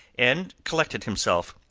and collected himself.